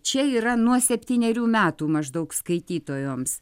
čia yra nuo septynerių metų maždaug skaitytojoms